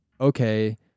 Okay